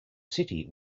city